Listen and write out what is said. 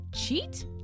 cheat